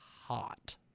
hot